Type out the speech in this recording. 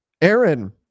Aaron